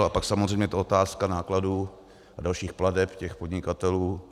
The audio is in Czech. A pak samozřejmě je to otázka nákladů a dalších plateb těch podnikatelů.